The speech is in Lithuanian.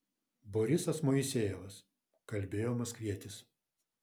borisas moisejevas kalbėjo maskvietis